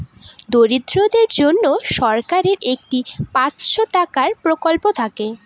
দরিদ্রদের জন্য সরকারের একটি পাঁচশো টাকার প্রকল্প থাকে